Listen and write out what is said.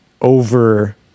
over